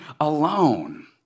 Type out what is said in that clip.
alone